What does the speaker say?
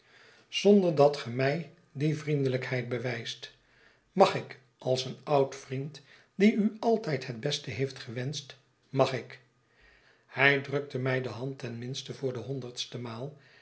zonder dat ge mij die vriendelijkheid bewijst mag ik als een oud vriend die u altijd het beste heeft gewenscht mag ik hij drukte mij de hand ten minste voor de honderdste maal